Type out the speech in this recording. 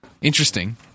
Interesting